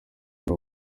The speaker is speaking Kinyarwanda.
muri